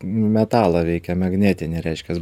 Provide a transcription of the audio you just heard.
metalą veikia magnetinį reiškias